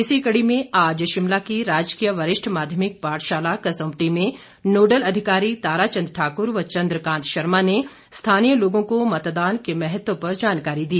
इसी कड़ी में आज शिमला के राजकीय वरिष्ठ माध्यमिक पाठशाला कसुम्पटी में नोडल अधिकारी तारा चंद ठाकुर व चंद्रकांत शर्मा ने स्थानीय लोगों को मतदान के महत्व पर जानकारी दी